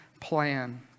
plan